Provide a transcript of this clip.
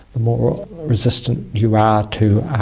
the more resistant you are ah to